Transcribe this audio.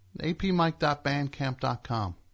apmike.bandcamp.com